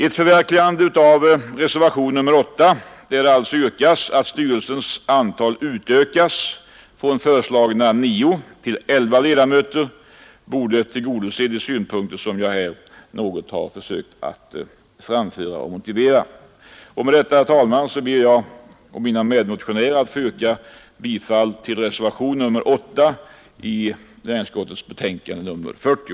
Ett förverkligande av reservationen 8, där det yrkas att styrelsens antal utökas från föreslagna 9 till 11 ledamöter, borde tillgodose de synpunkter jag här har försökt framföra och motivera. Med detta, herr talman, ber jag att å egna och mina medmotionärers vägnar få yrka bifall till reservationen 8 i näringsutskottets betänkande nr 40.